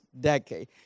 decade